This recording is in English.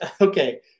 okay